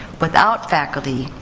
without faculty,